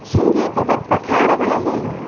ಸಂಗೀತದ ಪ್ರಕಾರಗಳಲ್ಲಿ